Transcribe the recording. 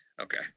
okay